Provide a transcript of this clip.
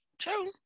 True